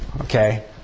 Okay